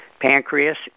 pancreas